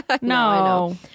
No